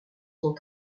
sont